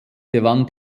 gewann